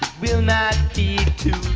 will not to